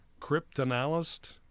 cryptanalyst